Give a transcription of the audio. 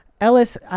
Ellis